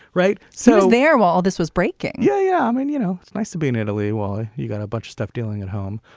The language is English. right. so there was all this was breaking. yeah yeah i mean you know it's nice to be in italy why you got a bunch of stuff dealing at home.